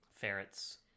Ferrets